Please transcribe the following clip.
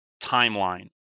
Timeline